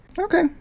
Okay